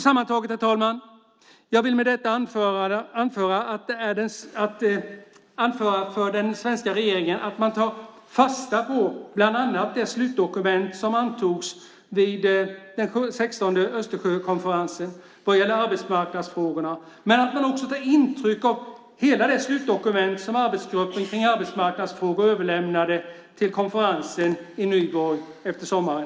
Sammantaget, herr talman, vill jag med detta anföra för den svenska regeringen att man bör ta fasta på bland annat det slutdokument som antogs vid den 16:e Östersjökonferensen vad gäller arbetsmarknadsfrågorna men att också ta intryck av hela det slutdokument som arbetsgruppen kring arbetsmarknadsfrågor överlämnade till konferensen i Nyborg efter sommaren.